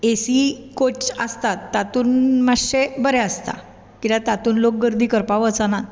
ए C coach आसतात तातूंत मातशे बरें आसता कित्याक तातूंत लोक गर्दी करपाक वचनात